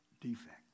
defect